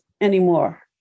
anymore